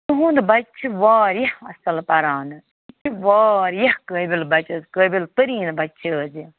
تُہُنٛد بَچہِ چھِ واریاہ اَصٕل پَران یہِ چھِ واریاہ قٲبِل بَچہِ حظ قٲبِل تٔریٖن بَچہِ چھِ حظ یہِ